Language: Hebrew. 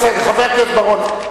חבר הכנסת בר-און,